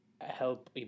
help